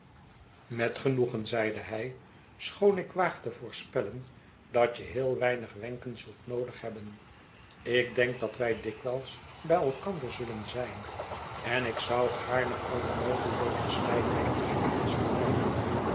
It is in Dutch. met genoegen zeide hij schoon ik waag te voorspellen dat je heel weinig wenken zult noodig hebben ik denk dat wij dikwijls bij elkander zullen zijn en ik zou gaarne alle noodelooze styfheid tusschen ons verbannen